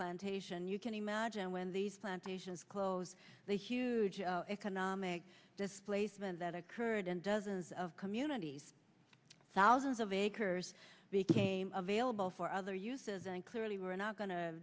plantation you can imagine when these plantations close the huge economic displacement that occurred and dozens of communities thousands of acres became available for other uses and clearly we're not go